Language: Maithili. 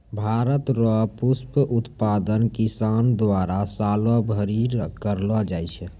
भारत रो पुष्प उत्पादन किसान द्वारा सालो भरी करलो जाय छै